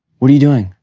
what are you doing?